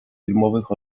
filmowych